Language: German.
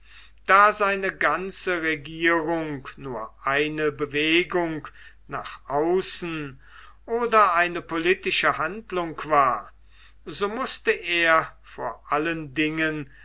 da seine ganze regierung nur eine bewegung nach außen oder eine politische handlung war so mußte er vor allen dingen